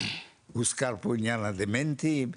הוזכר פה עניין הדמנטיים,